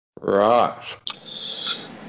Right